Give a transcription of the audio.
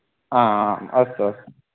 आम् आम् अस्तु अस्तु